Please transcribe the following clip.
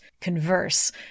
converse